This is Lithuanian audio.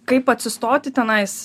kaip atsistoti tenais